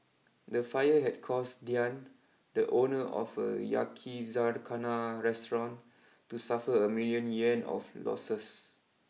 the fire had caused Diann the owner of a Yakizakana restaurant to suffer a million Yuan of losses